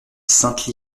sainte